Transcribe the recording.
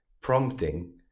Prompting